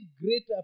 greater